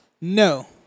No